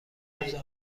موزه